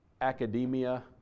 academia